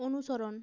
অনুসরণ